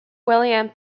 william